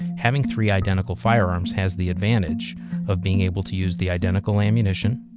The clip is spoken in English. having three identical firearms has the advantage of being able to use the identical ammunition,